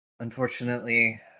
Unfortunately